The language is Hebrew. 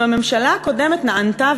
אם הממשלה הקודמת נענתה,